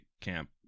camp